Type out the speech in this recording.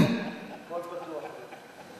הכול פתוח היום.